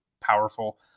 powerful